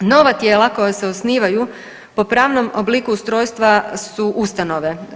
Nova tijela koja se osnivaju po pravnom obliku ustrojstva su ustanove.